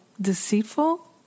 deceitful